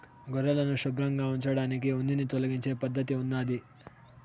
గొర్రెలను శుభ్రంగా ఉంచడానికి ఉన్నిని తొలగించే పద్ధతి ఉన్నాది